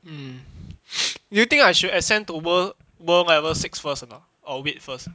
do you think I should ascend to world world level six first or not or wait first